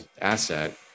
asset